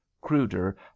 cruder